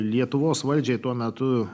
lietuvos valdžiai tuo metu